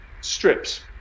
strips